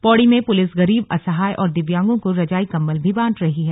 पौड़ी में पुलिस गरीब असहाय और दिव्यांगों को रजाई कंबल भी बांट रही है